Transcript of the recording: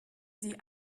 sie